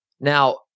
Now